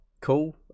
cool